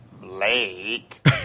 Blake